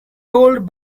told